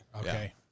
Okay